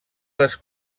les